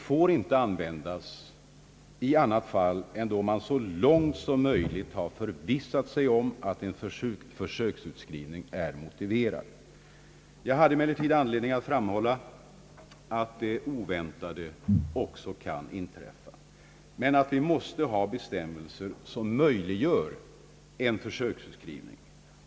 De får inte användas i andra fall än då man så långt som möjligt har förvissat sig om att försöksutskrivning är motiverad. Jag påpekade emellertid, att det oväntade också kan iträffa, men att vi måste ha bestämmelser som möjliggör en försöksutskrivning.